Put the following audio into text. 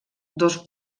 dos